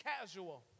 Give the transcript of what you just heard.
casual